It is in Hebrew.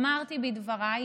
אמרתי בדבריי,